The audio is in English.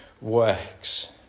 works